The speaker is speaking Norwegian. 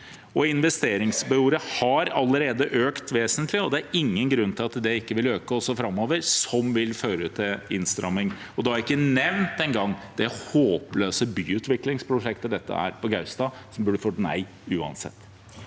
Investeringsbehovet har allerede økt vesentlig, og det er ingen grunn til at det ikke vil øke også framover, noe som vil føre til innstramming. Da har jeg ikke engang nevnt det håpløse byutviklingsprosjektet dette er på Gaustad, som burde fått nei uansett.